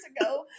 ago